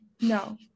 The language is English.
No